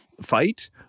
fight